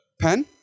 pen